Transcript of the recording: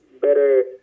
better